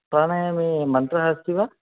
प्राणायामे मन्त्रः अस्ति वा